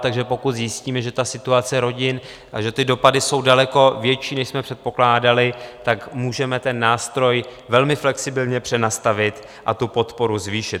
Takže pokud zjistíme, že situace rodin a ty dopady jsou daleko větší, než jsme předpokládali, můžeme ten nástroj velmi flexibilně přenastavit a podporu zvýšit.